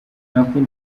kundi